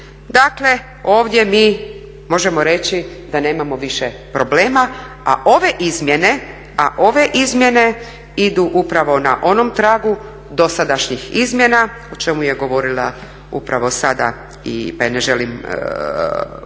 Dakle, ovdje mi možemo reći da nemamo više problema, a ove izmjene idu upravo na onom tragu dosadašnjih izmjena o čemu je govorila upravo sada pa ne želim ponavljati